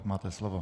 Máte slovo.